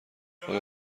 آیا